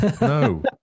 No